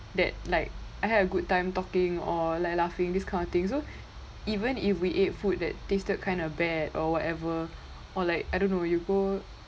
that like I had a good time talking or like laughing this kind of thing so even if we ate food that tasted kind of bad or whatever or like I don't know you go